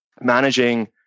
managing